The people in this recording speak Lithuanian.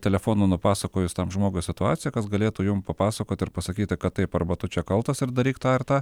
telefonu nupasakojus tam žmogaus situaciją kas galėtų jum papasakot ir pasakyti kad taip arba tu čia kaltas ir daryk tą ir tą